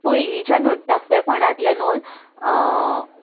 पयलींच्यानूच धाकल्यापणांतल्यानूच